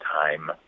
time